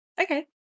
Okay